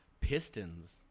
pistons